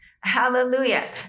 hallelujah